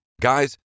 Guys